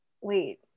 wait